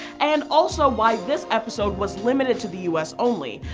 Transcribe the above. and also why this episode was limited to the u s. only.